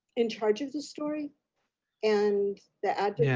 in charge of the story and the yeah